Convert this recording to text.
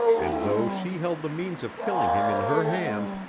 and though she held the means of killing him in her hand,